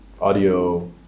audio